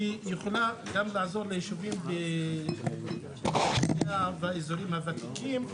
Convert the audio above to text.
שיכולה גם לעזור ליישובים באזורים הוותיקים,